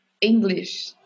English